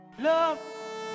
Love